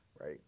right